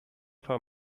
for